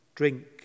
drink